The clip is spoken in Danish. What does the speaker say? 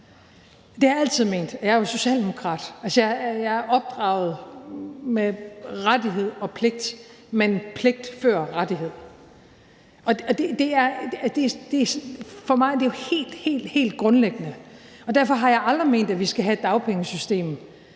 har jeg altid ment, og jeg er jo socialdemokrat. Altså, jeg er opdraget med rettighed og pligt, men pligt før rettighed, og for mig er det jo helt, helt grundlæggende, og derfor har jeg aldrig ment, at vi skal have et dagpengesystem